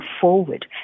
forward